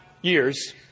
years